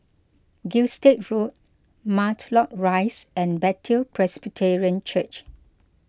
Gilstead Road Matlock Rise and Bethel Presbyterian Church